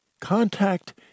Contact